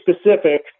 specific